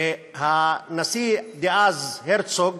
הנשיא דאז הרצוג